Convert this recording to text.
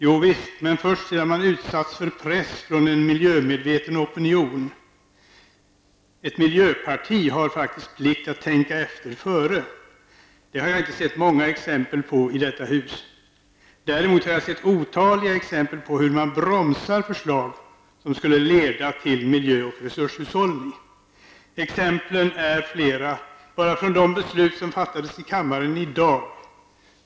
Jo visst, men först sedan man utsatts för press från en miljömedveten opinion. Ett miljöparti har faktiskt en plikt att tänka efter före. Det har jag inte sett många exempel på i detta hus. Däremot har jag sett otaliga exempel på hur man bromsar förslag som skulle leda till miljö och resurshushållning. Exemplen är flera bara från de beslut som fattades i kammaren i dag.